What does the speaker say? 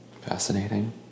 Fascinating